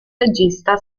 regista